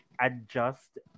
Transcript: adjust